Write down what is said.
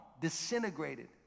disintegrated